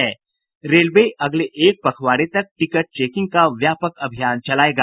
railway अगले एक पखवाड़े तक टिकट चेकिंग का व्यापक अभियान चलायेगा